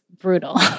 brutal